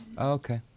Okay